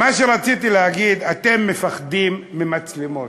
מה שרציתי להגיד, אתם מפחדים ממצלמות.